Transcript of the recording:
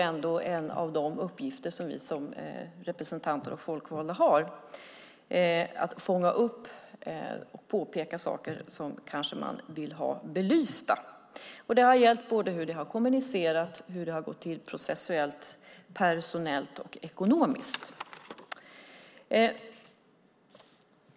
En av de uppgifter som vi som representanter och folkvalda har är ju att fånga upp och påpeka saker som kanske man vill ha belysta. Det har gällt både hur det har kommunicerats och hur det har gått till processuellt, personellt och ekonomiskt.